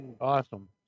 awesome